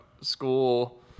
school